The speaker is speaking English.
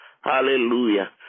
Hallelujah